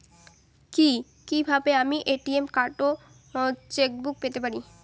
কি কিভাবে আমি এ.টি.এম কার্ড ও চেক বুক পেতে পারি?